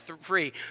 free